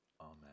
Amen